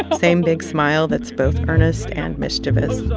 ah same big smile that's both earnest and mischievous.